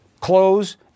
Clothes